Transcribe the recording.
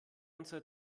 unsere